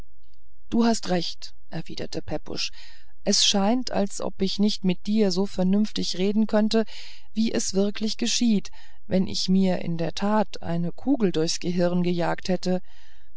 du hast recht erwiderte pepusch es scheint als ob ich nicht mit dir so vernünftig reden könnte wie es wirklich geschieht wenn ich mir in der tat eine kugel durchs gehirn gejagt hätte